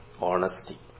honesty